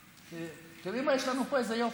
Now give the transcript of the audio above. תראי מה יש לנו פה, איזה יופי.